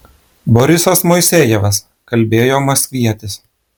borisas moisejevas kalbėjo maskvietis